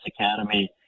Academy